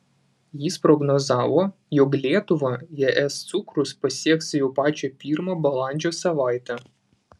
jis prognozavo jog lietuvą es cukrus pasieks jau pačią pirmą balandžio savaitę